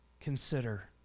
consider